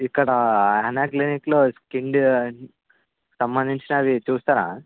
ఇక్కడ అవునా క్లినిక్లో స్కిన్డ్ సంబంధించినవి చూస్తారా